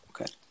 Okay